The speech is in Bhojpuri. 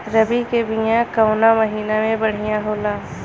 रबी के बिया कवना महीना मे बढ़ियां होला?